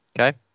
Okay